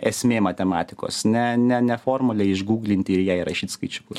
esmė matematikos ne ne ne formulę išguglinti ir į ją rašyt skaičiukus